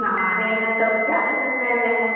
हमारे यहाँ तो चालीस रुपये में है